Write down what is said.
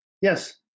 Yes